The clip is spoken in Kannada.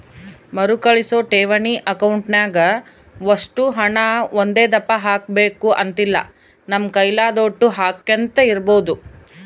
ಮರುಕಳಿಸೋ ಠೇವಣಿ ಅಕೌಂಟ್ನಾಗ ಒಷ್ಟು ಹಣ ಒಂದೇದಪ್ಪ ಹಾಕ್ಬಕು ಅಂತಿಲ್ಲ, ನಮ್ ಕೈಲಾದೋಟು ಹಾಕ್ಯಂತ ಇರ್ಬೋದು